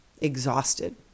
exhausted